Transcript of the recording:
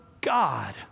God